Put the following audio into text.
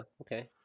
Okay